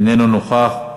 איננו נוכח,